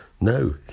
No